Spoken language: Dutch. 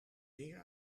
zeer